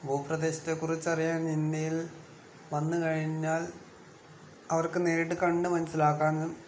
ഭൂപ്രദേശത്തെക്കുറിച്ചറിയാൻ ഇന്ത്യയിൽ വന്നു കഴിഞ്ഞാൽ അവർക്ക് നേരിട്ട് കണ്ടു മനസ്സിലാക്കാനും